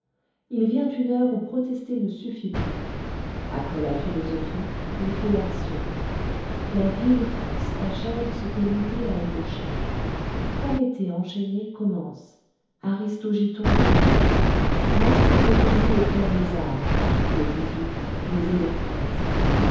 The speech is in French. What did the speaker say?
il vient une heure où protester ne suffit plus après la philosophie il faut l'action la vive force achève ce que l'idée a ébauché prométhée enchaîné commence aristogiton finit l'encyclopédie éclaire les âmes le août les électrise